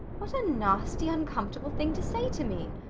what a nasty, uncomfortable thing to say to me!